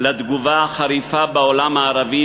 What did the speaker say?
לתגובה החריפה בעולם הערבי,